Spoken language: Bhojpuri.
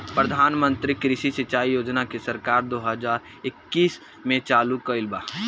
प्रधानमंत्री कृषि सिंचाई योजना के सरकार दो हज़ार इक्कीस में चालु कईले बा